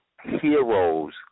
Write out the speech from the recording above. heroes